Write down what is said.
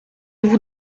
vous